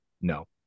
No